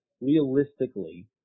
realistically